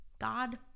God